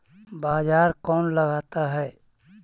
बाजार कौन लगाता है?